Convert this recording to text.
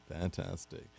fantastic